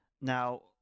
now